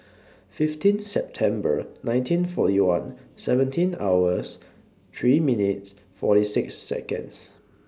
fifteen September nineteen forty one seventeen hours three minutes forty six Seconds